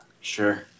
Sure